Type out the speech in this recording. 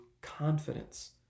confidence